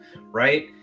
right